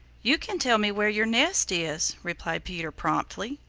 you can tell me where your nest is, replied peter promptly.